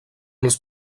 els